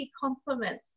compliments